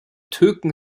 türken